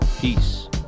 Peace